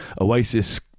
Oasis